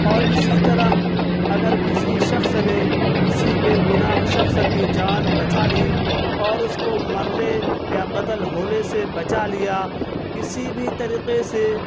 اور اسی طرح اگر کسی شخص نے کسی بے گناہ شخص کی جان بچا لی اور اس کو مرنے یا قتل ہونے سے بچا لیا کسی بھی طریقے سے